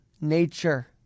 nature